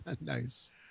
Nice